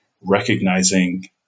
recognizing